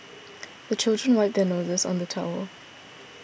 the children wipe their noses on the towel